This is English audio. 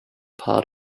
part